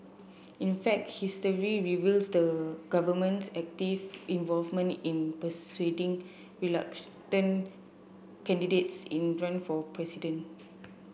in fact history reveals the government's active involvement in persuading reluctant candidates in run for president